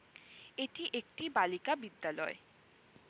এটি একটি বালিকা বিদ্যালয়